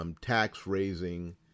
tax-raising